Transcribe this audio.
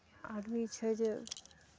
आदमी छै जे